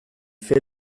fait